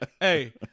hey